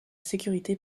sécurité